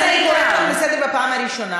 אז אני קוראת אותך לסדר בפעם הראשונה,